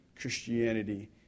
Christianity